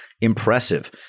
impressive